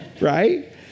Right